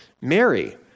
Mary